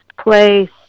place